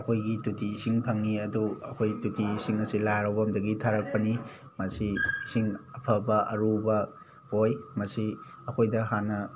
ꯑꯩꯈꯣꯏꯒꯤ ꯇꯣꯇꯤ ꯏꯁꯤꯡ ꯐꯪꯉꯤ ꯑꯗꯨ ꯑꯩꯈꯣꯏ ꯇꯣꯇꯤ ꯏꯁꯤꯡ ꯑꯁꯦ ꯂꯥꯏ ꯍꯔꯥꯎꯐꯝꯗꯒꯤ ꯊꯥꯔꯛꯄꯅꯤ ꯃꯁꯤ ꯏꯁꯤꯡ ꯑꯐꯕ ꯑꯔꯨꯕ ꯑꯣꯏ ꯃꯁꯤ ꯑꯩꯈꯣꯏꯗ ꯍꯥꯟꯅ